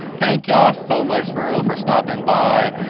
thank y'all so much, for real, for stopping by.